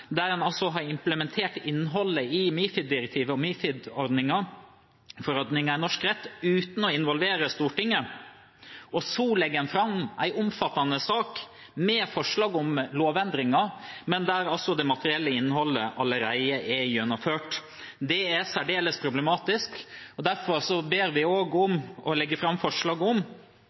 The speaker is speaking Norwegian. en situasjon her der regjeringen altså har implementert innholdet i MiFID-direktivet og MiFID-forordningen i norsk rett uten å involvere Stortinget, og så legger en fram en omfattende sak med forslag om lovendringer, men der det materielle innholdet allerede er gjennomført. Det er særdeles problematisk. Derfor legger vi fram forslag om å be om en uavhengig juridisk vurdering av om